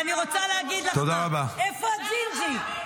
ואני רוצה להגיד לך, איפה הג'ינג'י?